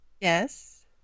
yes